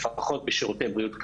לפחות בשירותי בריאות כללית,